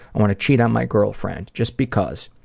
i want to cheat on my girlfriend just because.